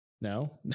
No